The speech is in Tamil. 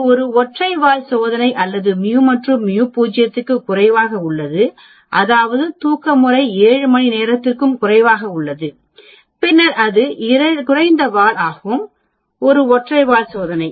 அது ஒரு ஒற்றை வால் சோதனை அல்லது μ மற்றும் μ 0 க்கும் குறைவாக உள்ளது அதாவது தூக்க முறை 7 மணி நேரத்திற்கும் குறைவாக உள்ளது பின்னர் அது குறைந்த வால் ஆகும் இது ஒற்றை வால் சோதனை